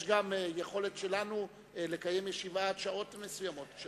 יש גם יכולת שלנו לקיים ישיבה עד שעות מסוימות.